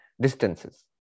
distances